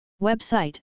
Website